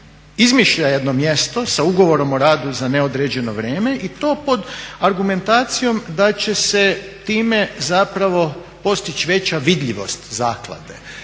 izmišlja jedno mjesto sa ugovorom o radu za neodređeno vrijeme i to pod argumentacijom da će se time zapravo postići veća vidljivost zaklade.